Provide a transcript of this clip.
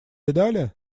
видали